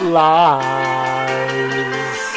lies